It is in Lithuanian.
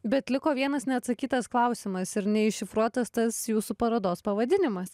bet liko vienas neatsakytas klausimas ir neiššifruotas tas jūsų parodos pavadinimas